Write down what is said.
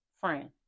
friend